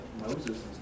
Moses